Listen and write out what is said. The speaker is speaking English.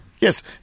Yes